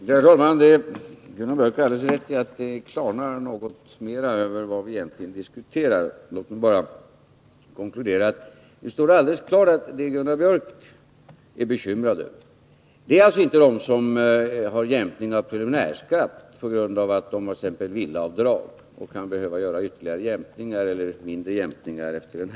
Herr talman! Herr Biörck i Värmdö har alldeles rätt i att det efter hand blir något klarare vad vi egentligen diskuterar. Låt mig bara konkludera att det står alldeles klart att de som Gunnar Biörck är bekymrad över inte är de som har jämkning av preliminär skatt på grund av att det.ex. har villaavdrag och kan behöva göra mindre jämkningar efter den nu aktuella reformen.